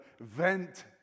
vent